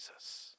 Jesus